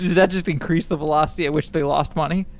that just increased the velocity at which they lost money?